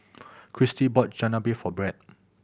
Chastity bought Chigenabe for Brett